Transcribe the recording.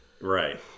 right